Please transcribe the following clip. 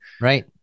Right